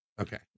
okay